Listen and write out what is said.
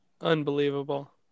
Unbelievable